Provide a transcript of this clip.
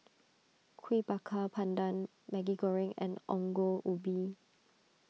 Kuih Bakar Pandan Maggi Goreng and Ongol Ubi